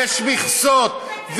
יש מכסות.